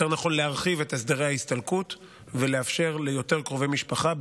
ויותר נכון להרחיב את הסדרי ההסתלקות ולאפשר זאת ליותר קרובי משפחה,